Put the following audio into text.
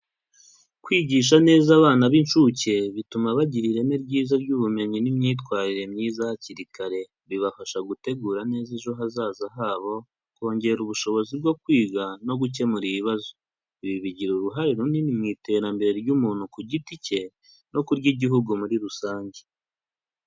Kwigisha neza abana b'incuke bituma bagira ireme ryiza ry'ubumenyi n'imyitwarire myiza hakiri kare, bibafasha gutegura neza ejo hazaza habo, kongera ubushobozi bwo kwiga no gukemura ibibazo, ibi bigira uruhare runini mu iterambere ry'umuntu ku giti ke no ku ry'igihugu muri rusange.